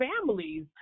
families